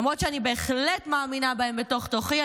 למרות שאני בהחלט מאמינה בהם בתוך-תוכי,